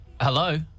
Hello